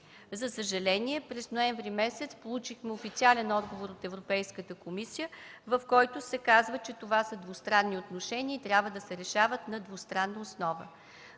За съжаление през месец ноември получихме официален отговор от Европейската комисия, в който се казва, че това са двустранни отношения и трябва да се решават на двустранна основа.